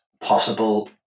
possible